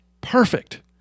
Perfect